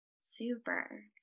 Super